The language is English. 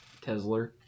Tesla